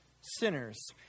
sinners